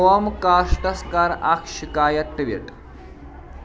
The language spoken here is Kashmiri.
کوٚم کاسٹَس کَر اَکھ شِکایَت ٹُویٖٹ